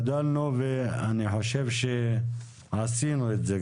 ואני חושב שעשינו את זה,